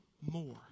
more